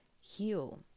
heal